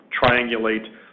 triangulate